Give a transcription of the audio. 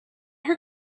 her